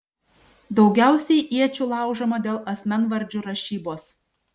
daugiausiai iečių laužoma dėl asmenvardžių rašybos